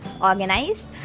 organized